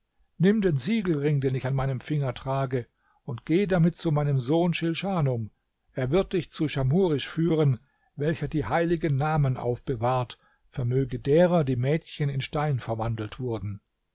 nimm den siegelring den ich an meinem finger trage und geh damit zu meinem sohn schilschanum er wird dich zu schamhurisch führen welcher die heiligen namen aufbewahrt vermöge derer die mädchen in stein verwandelt wurden